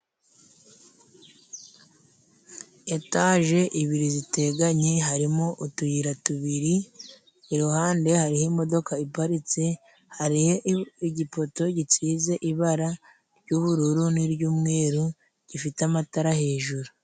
Etage ibiri ziteganye harimo utuyira tubiri iruhande hariho imodoka iparitse. Hari igipoto gisize ibara ry'ubururu n'iry'umweru gifite amatara hejuru.